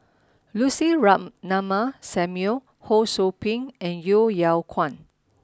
Lucy Ratnammah Samuel Ho Sou Ping and Yeo Yeow Kwang